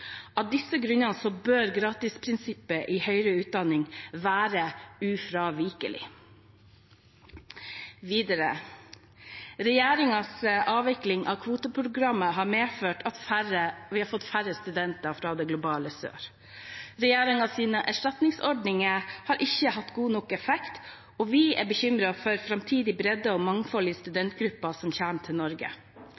Av disse grunner bør gratisprinsippet i høyere utdanning være ufravikelig. Videre har regjeringens avvikling av kvoteprogrammet medført at vi har fått færre studenter fra det globale sør. Regjeringens erstatningsordninger har ikke hatt god nok effekt, og vi er bekymret for framtidig bredde og